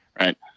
right